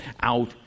out